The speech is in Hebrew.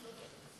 תודה.